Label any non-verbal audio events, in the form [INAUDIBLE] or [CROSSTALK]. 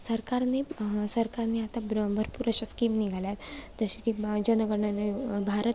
सरकारने सरकारने आता [UNINTELLIGIBLE] पुरेशा स्कीम निघाल्या आहेत तसे की मा जनगणना भारत